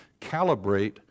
calibrate